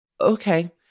Okay